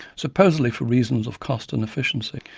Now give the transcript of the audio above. supposedly for reasons of cost and efficiency,